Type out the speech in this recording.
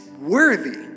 worthy